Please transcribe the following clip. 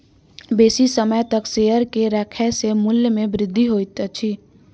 बेसी समय तक शेयर के राखै सॅ मूल्य में वृद्धि होइत अछि